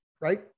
Right